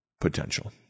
potential